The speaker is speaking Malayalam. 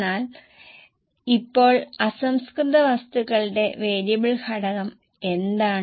എന്നാൽ ഇപ്പോൾ അസംസ്കൃത വസ്തുക്കളുടെ വേരിയബിൾ ഘടകം എന്താണ്